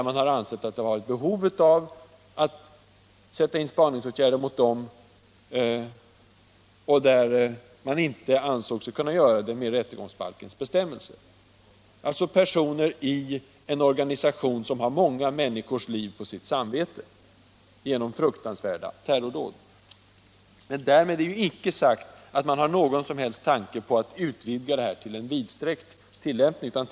Man har då ansett att det förelegat ett behov av att sätta in spaningsåtgärder mot dem, men funnit det omöjligt med rättegångsbalkens bestämmelser som grund. Det rör sig om personer i en organisation som genom fruktansvärda terrordåd har många människors liv på sitt samvete. Därmed är det icke sagt att man har någon som helst tanke på att utvidga tillämpningen.